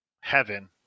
heaven